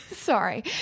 Sorry